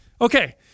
okay